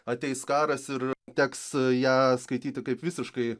ateis karas ir teks ją skaityti kaip visiškai